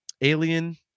Alien